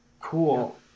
Cool